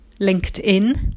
LinkedIn